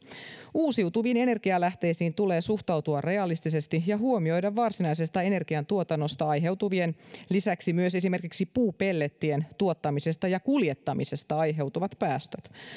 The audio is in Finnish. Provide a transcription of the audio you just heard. uusiutuviin energialähteisiin tulee suhtautua realistisesti ja huomioida varsinaisesta energiantuotannosta aiheutuvien lisäksi myös esimerkiksi puupellettien tuottamisesta ja kuljettamisesta aiheutuvat päästöt